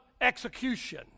execution